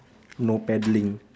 no paddling